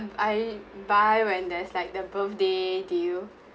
if I buy when there's like the birthday to you